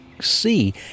see